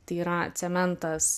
tai yra cementas